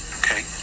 okay